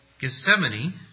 Gethsemane